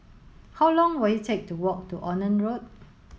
how long will it take to walk to Onan Road